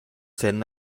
sen